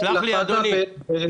תסלח לי, אדוני.